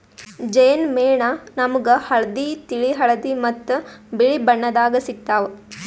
ಜೇನ್ ಮೇಣ ನಾಮ್ಗ್ ಹಳ್ದಿ, ತಿಳಿ ಹಳದಿ ಮತ್ತ್ ಬಿಳಿ ಬಣ್ಣದಾಗ್ ಸಿಗ್ತಾವ್